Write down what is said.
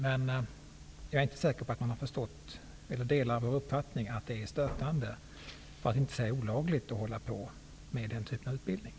Men jag är inte säker på att man delar vår uppfattning, att det är stötande -- för att inte säga olagligt -- att anordna den typen av utbildning.